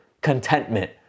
contentment